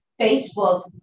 Facebook